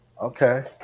okay